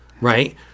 right